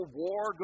war